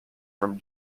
from